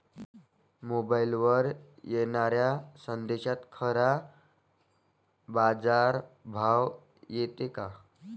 मोबाईलवर येनाऱ्या संदेशात खरा बाजारभाव येते का?